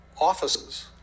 offices